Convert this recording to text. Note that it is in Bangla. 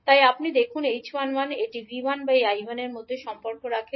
তাই আপনি দেখুন 𝐡11 এটি 𝐕1I1 এর মধ্যে সম্পর্ক রাখবে